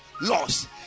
laws